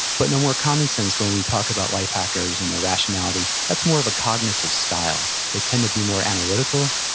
but in a more common sense, when we talk about life hackers and their rationality, that's more of a cognitive style. they tend to be more analytical,